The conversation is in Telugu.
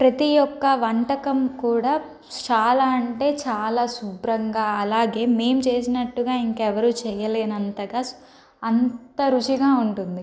ప్రతీ ఒక్క వంటకం కూడా చాలా అంటే చాలా శుభ్రంగా అలాగే మేం చేసినట్టుగా ఇంకెవరు చేయలేనంతగా అంత రుచిగా ఉంటుంది